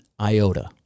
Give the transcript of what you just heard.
iota